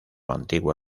antiguo